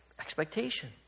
expectation